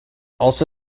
also